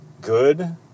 good